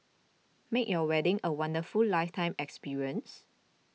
make your wedding a wonderful lifetime experience